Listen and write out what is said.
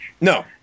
No